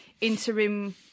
interim